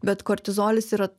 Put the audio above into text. bet kortizolis yra